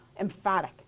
emphatic